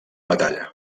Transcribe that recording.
batalla